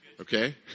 Okay